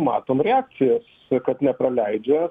matom reakcijas kad nepraleidžia